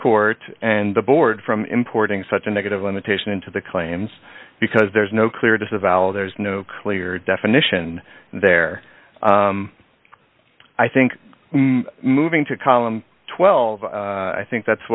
court and the board from importing such a negative connotation into the claims because there is no clear disavow there's no clear definition there i think moving to column twelve i think that's